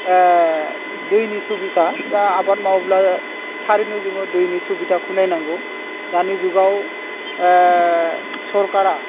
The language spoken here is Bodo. दैनि सुबिदा दा आबाद मावोब्ला थारैनो जोङो दैनि सुबिदाखौ नायनांगौ दानि जुगाव सरकारा